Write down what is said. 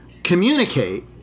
communicate